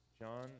John